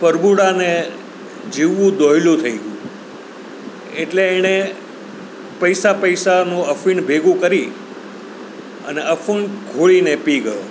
પરભુડાને જીવવું દોહ્યલું થઈ ગ્યું એટલે એણે પૈસા પૈસાનું અફીણ ભેગું કરી અને અફીણ ઘોળીને પી ગયો